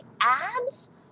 abs